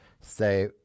say